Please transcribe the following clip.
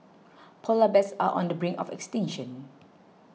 Polar Bears are on the brink of extinction